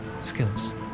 skills